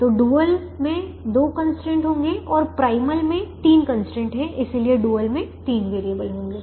तो डुअल में दो कंस्ट्रेंट होंगे और प्राइमल में तीन कंस्ट्रेंट हैं इसलिए डुअल में तीन वैरिएबल होंगे